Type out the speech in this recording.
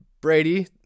Brady